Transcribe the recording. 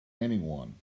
anyone